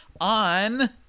on